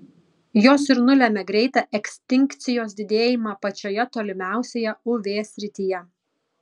jos ir nulemia greitą ekstinkcijos didėjimą pačioje tolimiausioje uv srityje